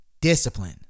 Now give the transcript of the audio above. Discipline